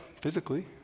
physically